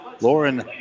Lauren